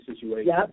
situation